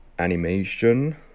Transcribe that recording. animation